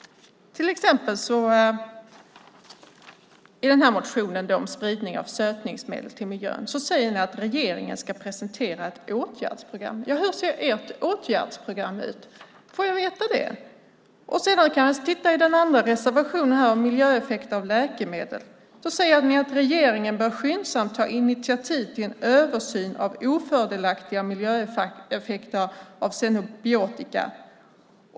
I motionen om spridning av sötningsmedel till miljön säger ni till exempel att regeringen ska presentera ett åtgärdsprogram. Hur ser ert åtgärdsprogram ut? Kan jag få veta det? Sedan kan jag titta i den andra reservationen om miljöeffekt av läkemedel. Där säger ni att regeringen skyndsamt bör ta initiativ till en översyn av ofördelaktiga miljöeffekter av xenobiotika.